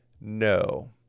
no